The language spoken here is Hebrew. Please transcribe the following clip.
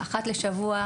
אחת לשבוע,